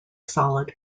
solid